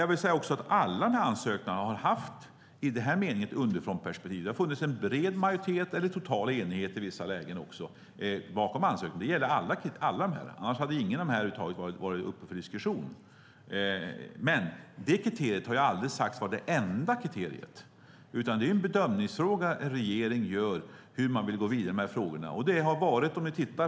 Jag vill säga att alla ansökningar har haft ett underifrånperspektiv. Det har funnits en bred majoritet eller total enighet bakom alla ansökningar. Annars hade ingen av dem ens varit uppe för diskussion. Detta kriterium har dock aldrig sagts vara det enda kriteriet, utan det är en bedömningsfråga för regeringen hur man vill gå vidare med de här frågorna.